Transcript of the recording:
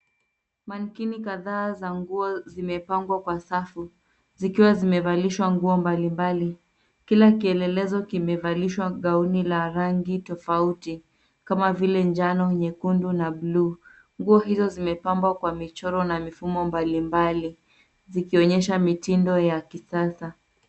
mannequin kadha za nguo zimepangwa kwa safu. Zikiwa zimevalishwa nguo mbali mbali. Kila kielelezo kimevalishwa gauni la rangi tofauti kama vile njano, nyekundu, na bluu. Nguo hizo zimepambwa kwa michoro na mifumo mbali mbali zikionyesha mitindo ya kisasa.